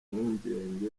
mpungenge